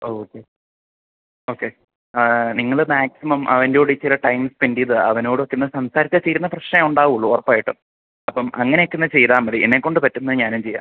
okay okay നിങ്ങൾ maximum അവൻ്റെകൂടെ ഇച്ചിരി ടൈം സ്പെൻഡ് ചെയ്ത് അവനോടൊക്കെയൊന്ന് സംസാരിച്ചാൽ തീരുന്ന പ്രശ്നമേ ഉണ്ടാവുള്ളൂ ഉറപ്പായിട്ടും അപ്പം അങ്ങനെയൊക്കെയൊന്ന് ചെയ്താൽ മതി എന്നെക്കൊണ്ട് പറ്റുന്നത് ഞാനും ചെയ്യാം